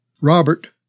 Robert